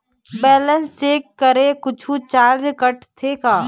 Balance check करें कुछू charge काट देथे?